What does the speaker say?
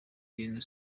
ibintu